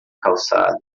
calçada